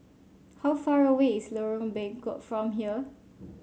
how far away is Lorong Bengkok from here